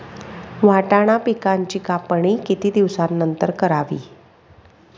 वाटाणा पिकांची कापणी किती दिवसानंतर करावी?